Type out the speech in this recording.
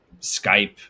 Skype